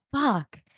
fuck